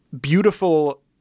beautiful